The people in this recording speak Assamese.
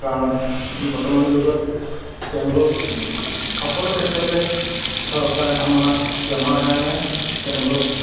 কাৰণ বৰ্তমান যুগত তেওঁলোকক সকলো ক্ষেত্ৰতে চৰকাৰ আমাৰ জনসাধাৰণে তেওঁলোকক